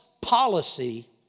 policy